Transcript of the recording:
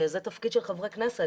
שזה התפקיד של חברי כנסת,